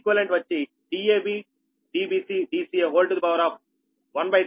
Deq వచ్చి 13